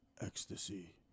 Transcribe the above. ecstasy